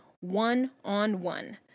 one-on-one